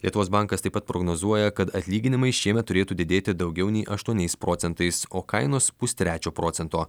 lietuvos bankas taip pat prognozuoja kad atlyginimai šiemet turėtų didėti daugiau nei aštuoniais procentais o kainos pustrečio procento